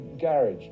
garage